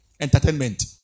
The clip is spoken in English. Entertainment